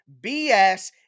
BS